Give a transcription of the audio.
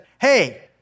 hey